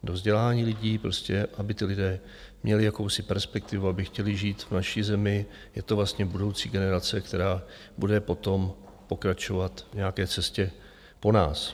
Do vzdělání lidí, prostě aby ti lidé měli jakousi perspektivu, aby chtěli žít v naší zemi, je to vlastně budoucí generace, která bude potom pokračovat v nějaké cestě po nás.